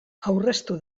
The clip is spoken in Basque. aurreztu